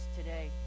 today